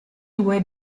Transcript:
due